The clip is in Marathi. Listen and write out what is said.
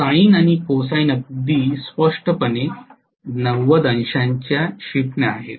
तर साइन आणि कोसाइन अगदी स्पष्टपणे 90 अंशांची शिफ्ट